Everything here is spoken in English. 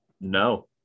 no